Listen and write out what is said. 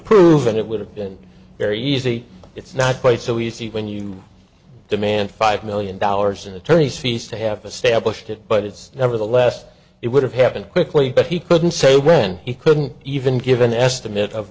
prove and it would have been very easy it's not quite so easy when you demand five million dollars in attorney's fees to have established it but it's never the less it would have happened quickly but he couldn't say when he couldn't even give an estimate of